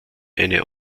eine